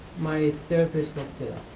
my therapist book there,